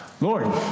Lord